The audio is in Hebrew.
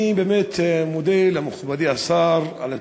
אני באמת מודה למכובדי השר על התנופה,